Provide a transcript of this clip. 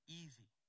easy